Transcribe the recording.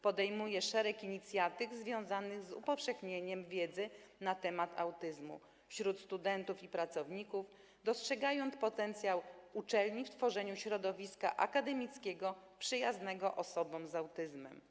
Podejmuje szereg inicjatyw związanych z upowszechnianiem wiedzy na temat autyzmu wśród studentów i pracowników, dostrzegając potencjał uczelni w tworzeniu środowiska akademickiego przyjaznego osobom z autyzmem.